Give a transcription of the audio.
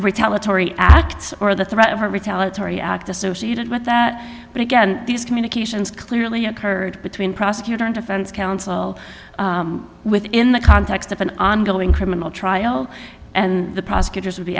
retaliatory acts or the threat of a retaliatory act associated with that but again these communications clearly occurred between prosecutor and defense counsel within the context of an ongoing criminal trial and the prosecutors would be